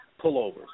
pullovers